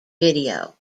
video